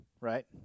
right